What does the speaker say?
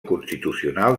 constitucional